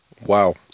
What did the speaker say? Wow